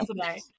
today